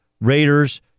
Raiders